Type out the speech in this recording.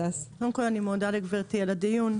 קודם כל אני מודה לגבירתי על הדיון.